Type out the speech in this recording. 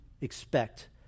expect